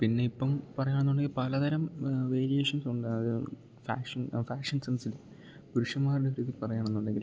പിന്നെ ഇപ്പം പറയുകയാണെന്ന് ഉണ്ടെങ്കിൽ പലതരം വേരിയേഷൻസ് ഉണ്ട് അത് ഫാഷൻ ഫാഷൻ സെൻസിൽ പുരുഷന്മാരുടെ രീതി പറയുകയാണെന്ന് ഉണ്ടെങ്കിൽ